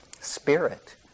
spirit